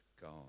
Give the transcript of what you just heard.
God